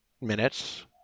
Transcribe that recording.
minutes